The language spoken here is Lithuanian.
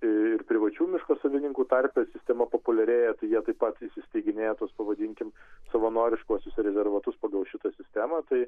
ir privačių miško savininkų tarpe sistema populiarėja tai jie taip pat įsisteiginėja tuos pavadinkim savanoriškuosius rezervatus pagal šitą sistemą tai